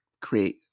create